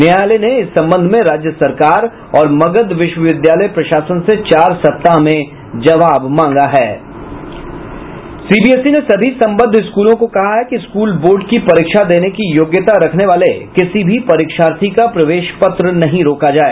न्यायालय ने इस संबंध में राज्य सरकार और मगध विश्वविद्यालय प्रशासन से चार सप्ताह में जबाव मांगा है सीबीएसई ने सभी संबद्ध स्कूलों को कहा है कि स्कूल बोर्ड की परीक्षा देने की योग्यता रखने वाले किसी भी परीक्षार्थी का प्रवेश पत्र नहीं रोका जाए